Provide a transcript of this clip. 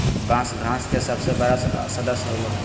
बाँस घास के सबसे बड़ा सदस्य होबो हइ